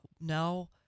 now